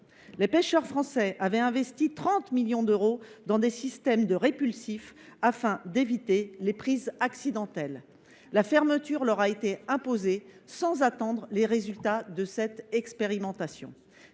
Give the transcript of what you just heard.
Les pêcheurs français avaient investi 30 millions d’euros dans des systèmes de répulsifs afin d’éviter les prises accidentelles. La fermeture leur a été imposée sans attendre les résultats de cette expérimentation